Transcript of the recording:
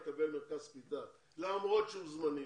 יקבל מרכז קליטה למרות שהוא זמני.